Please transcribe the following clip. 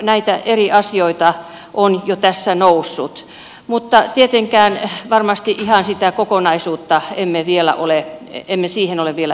näitä eri asioita on jo tässä noussut mutta tietenkään varmasti ihan siihen kokonaisuuteen emme ole vielä päässeet